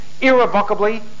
irrevocably